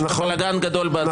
יש בלגאן גדול בהצבעות.